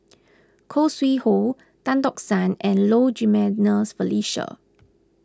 Khoo Sui Hoe Tan Tock San and Low Jimenez Felicia